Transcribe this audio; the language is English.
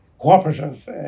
cooperative